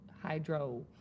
Hydro